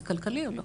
זה כלכלי או לא?